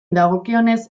dagokionez